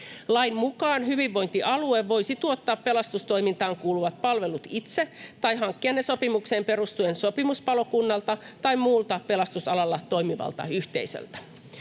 Lain mukaan hyvinvointialue voisi tuottaa pelastustoimintaan kuuluvat palvelut itse tai hankkia ne sopimukseen perustuen sopimuspalokunnalta tai muulta pelastusalalla toimivalta yhteisöltä.